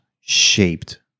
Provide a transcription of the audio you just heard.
shaped